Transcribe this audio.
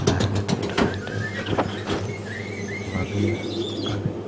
balance കിട്ടാത്തതിൻ്റെ ഒരു പ്രശ്നമാണ് അത് അത്